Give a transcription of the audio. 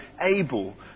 able